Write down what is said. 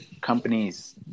companies